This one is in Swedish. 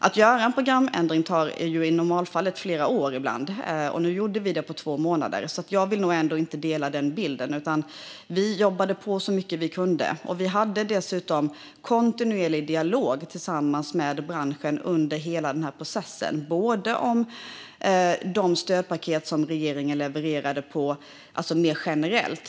Att göra en programändring tar ibland flera år. Nu gjorde vi det på två månader. Därför delar jag inte den bild som ges. Vi jobbade på så mycket vi kunde. Vi hade dessutom kontinuerlig dialog med branschen under hela denna process, bland annat om de stödpaket som regeringen levererade mer generellt.